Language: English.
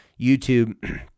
YouTube